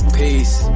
peace